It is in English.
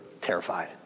terrified